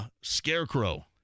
Scarecrow